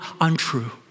untrue